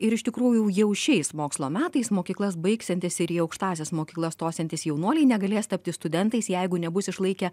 ir iš tikrųjų jau šiais mokslo metais mokyklas baigsiantys ir į aukštąsias mokyklas stosiantys jaunuoliai negalės tapti studentais jeigu nebus išlaikę